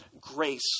grace